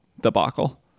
debacle